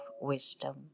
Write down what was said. wisdom